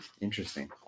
Interesting